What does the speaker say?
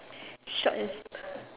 short and simp~